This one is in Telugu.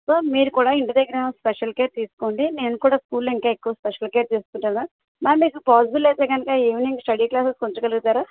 సో మీరు కూడా ఇంటి దగ్గర స్పెషల్ కేర్ తీసుకోండి మేము కూడా స్కూల్లో ఇంకా ఎక్కువ స్పెషల్ కేర్ తీసుకుంటాము మ్యామ్ మ్యామ్ మీకు పాసిబుల్ అయితే కనుక ఈవినింగ్ స్టడీ క్లాసెస్కి ఉంచగలుగుతారా